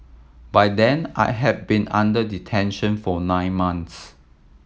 by then I had been under detention for nine months